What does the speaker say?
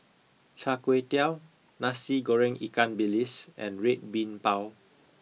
char kway teow nasi goreng ikan bilis and red bean bao